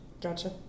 Gotcha